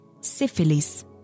syphilis